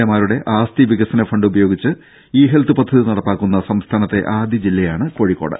A മാരുടെ ആസ്തി വികസന ഫണ്ട് ഉപയോഗിച്ച ഇ ഹെൽത്ത് പദ്ധതി നടപ്പാക്കുന്ന സംസ്ഥാനത്തെ ആദ്യ ജില്ലയാണ് കോഴിക്കോട്